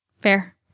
Fair